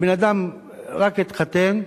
הבן-אדם רק התחתן,